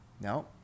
No